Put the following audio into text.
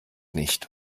nicht